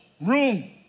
room